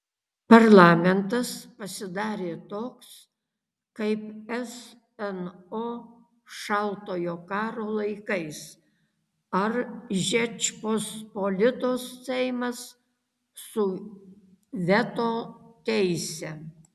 parlamentas pasidarė toks kaip sno šaltojo karo laikais ar žečpospolitos seimas su veto teise